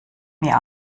mir